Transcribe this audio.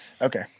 Okay